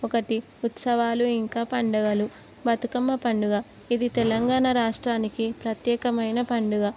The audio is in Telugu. ఒకటి ఉత్సవాలు ఇంకా పండుగలు బతుకమ్మ పండుగ ఇది తెలంగాణ రాష్ట్రానికి ప్రత్యేకమైన పండుగ